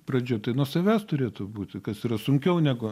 pradžia tai nuo savęs turėtų būti kas yra sunkiau negu